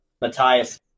Matthias